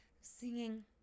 singing